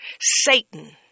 Satan